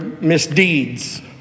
misdeeds